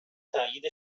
تایید